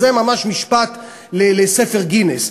זה ממש משפט לספר גינס.